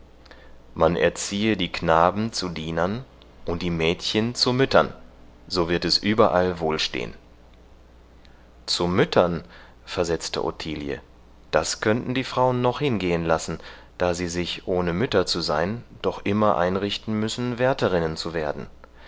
man erziehe die knaben zu dienern und die mädchen zu müttern so wird es überall wohlstehn zu müttern versetzte ottilie das könnten die frauen noch hingehen lassen da sie sich ohne mütter zu sein doch immer einrichten müssen wärterinnen zu werden